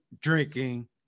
drinking